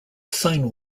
sine